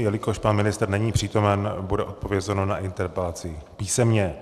Jelikož pan ministr není přítomen, bude odpovězeno na interpelaci písemně.